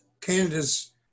Canada's